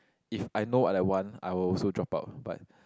if I know what I want I will also drop out but